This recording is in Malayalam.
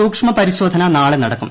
സൂക്ഷ്മ പ്രിശോധന നാളെ നടക്കും